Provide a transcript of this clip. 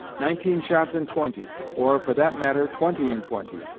nineteen shots in twenty or, for that matter twenty in twenty,